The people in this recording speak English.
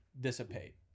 dissipate